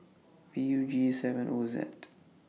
V U G seven O Z